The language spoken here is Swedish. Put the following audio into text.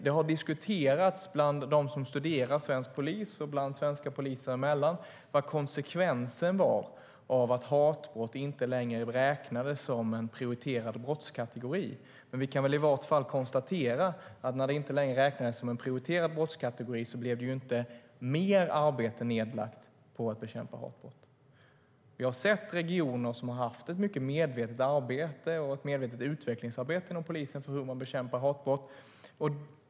Det har diskuterats bland dem som studerat svensk polis och mellan svenska poliser vad konsekvensen var av att hatbrott inte längre räknades som en prioriterad brottskategori. Vi kan väl i vart fall konstatera att när de inte räknades som en prioriterad brottskategori blev det inte mer arbete nedlagt på att bekämpa hatbrott. Vi har sett regioner som har haft ett medvetet arbete och ett medvetet utvecklingsarbete inom polisen för hur man bekämpar hatbrott.